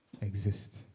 exist